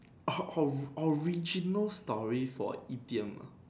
or~ or~ original story for idiom ah